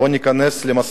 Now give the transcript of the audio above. בואו ניכנס למשא-ומתן,